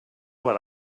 what